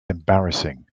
embarrassing